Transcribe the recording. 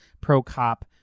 pro-cop